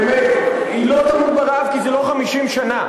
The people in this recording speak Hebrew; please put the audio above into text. לא, באמת, היא לא תמות ברעב, כי זה לא 50 שנה.